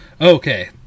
Okay